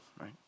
right